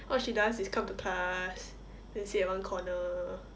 all she does is come to class then sit at one corner